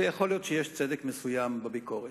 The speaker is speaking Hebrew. ויכול להיות שיש צדק מסוים בביקורת.